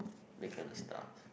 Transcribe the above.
that kind of stuff